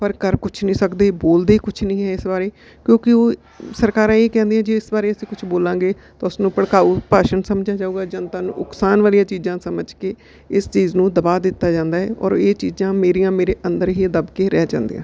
ਪਰ ਕਰ ਕੁਛ ਨਹੀਂ ਸਕਦੇ ਬੋਲਦੇ ਕੁਛ ਨਹੀਂ ਹੈ ਇਸ ਬਾਰੇ ਕਿਉਂਕਿ ਉਹ ਸਰਕਾਰਾਂ ਇਹ ਕਹਿੰਦੀਆਂ ਜੇ ਇਸ ਬਾਰੇ ਅਸੀਂ ਕੁਛ ਬੋਲਾਂਗੇ ਤਾਂ ਉਸ ਨੂੰ ਭੜਕਾਊ ਭਾਸ਼ਣ ਸਮਝਿਆ ਜਾਊਗਾ ਜਨਤਾ ਨੂੰ ਉਕਸਾਉਣ ਵਾਲੀਆਂ ਚੀਜ਼ਾਂ ਸਮਝ ਕੇ ਇਸ ਚੀਜ਼ ਨੂੰ ਦਬਾ ਦਿੱਤਾ ਜਾਂਦਾ ਹੈ ਔਰ ਇਹ ਚੀਜ਼ਾਂ ਮੇਰੀਆਂ ਮੇਰੇ ਅੰਦਰ ਹੀ ਦੱਬ ਕੇ ਰਹਿ ਜਾਦੀਆਂ ਹਨ